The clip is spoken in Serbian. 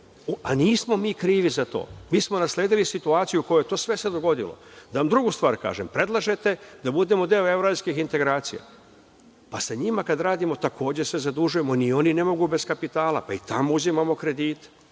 a nismo mi krivi za to. Mi smo nasledili situaciju u kojoj se sve to dogodilo. Da vam drugu stvar kažem. Predlažete da budemo deo evroazijskih integracija, pa sa njima kad radimo takođe se zadužujemo, ni oni ne mogu bez kapitala, pa i tamo uzimamo kredite.